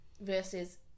versus